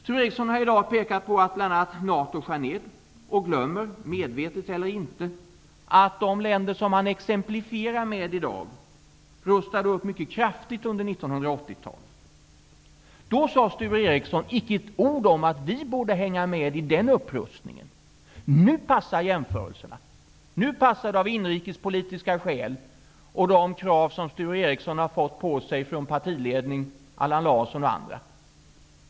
Sture Ericson har i dag pekat på att bl.a. NATO skär ner och glömmer, medvetet eller inte, att de länder som han exemplifierar med rustade upp mycket kraftigt under 1980-talet. Då sade Sture Ericson icke ett ord om att vi borde hänga med i den upprustningen. Nu passar jämförelserna! Nu passar det av inrikespolitiska skäl och med de krav som Sture Ericson har fått på sig från partiledningen, Allan Larsson och andra.